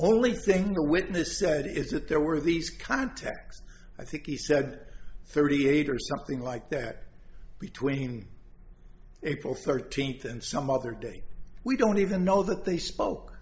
only thing the witness said is that there were these contexts i think he said thirty eight or something like that between april thirteenth and some other day we don't even know that they spoke